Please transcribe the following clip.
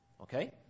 okay